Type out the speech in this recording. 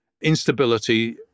instability